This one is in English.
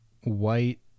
white